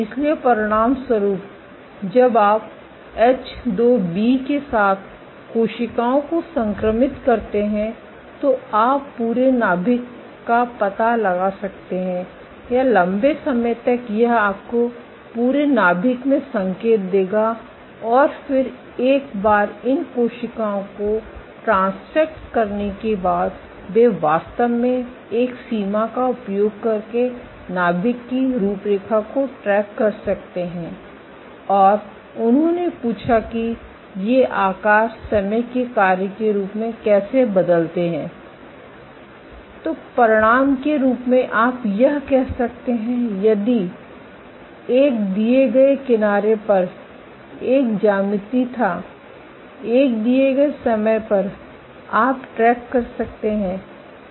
इसलिए परिणामस्वरूप जब आप H2B के साथ कोशिकाओं को संक्रमित करते हैं तो आप पूरे नाभिक का पता लगा सकते हैं या लंबे समय तक यह आपको पूरे नाभिक में संकेत देगा और फिर एक बार इन कोशिकाओं को ट्रांसफ़ेक्ट करने के बाद वे वास्तव में एक सीमा का उपयोग करके नाभिक की रूपरेखा को ट्रैक कर सकते हैं और उन्होंने पूछा कि ये आकार समय के कार्य के रूप में कैसे बदलते हैं तो परिणाम के रूप में आप यह कर सकते हैं यदि यह 1 दिए गए किनारे पर एक ज्यामिति था 1 दिए गए समय पर आप ट्रैक कर सकते हैं